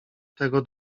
tego